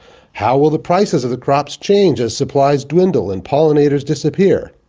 how will the prices of the crops change as supplies dwindle and pollinators disappear?